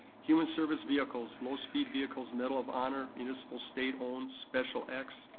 human service vehicles, low-speed vehicles, medal of honor, municipal, state-owned, special x,